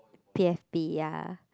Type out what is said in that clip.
P S P ya